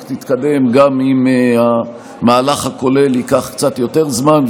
תתקדם גם אם המהלך הכולל ייקח קצת יותר זמן.